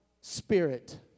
Spirit